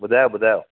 बुधायो बुधायो